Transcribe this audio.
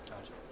Gotcha